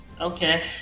Okay